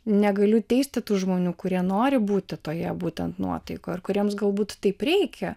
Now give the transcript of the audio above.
negaliu teisti tų žmonių kurie nori būti toje būtent nuotaikoje ar kuriems galbūt taip reikia